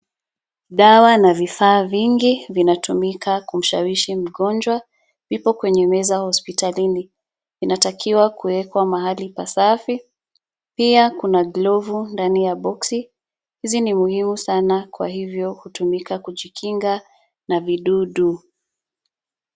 Dawa na vifaa vingi vinatumika kumshawishi mgonjwa vipo kwenye meza hospitalini. Inatakiwa kuwekwa mahali pasafi, pia kuna glovu ndani ya box hizi ni muhimu sana kwa hivyo hutumika kujingika na vidudu.